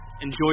Enjoy